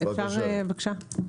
אפשר בבקשה?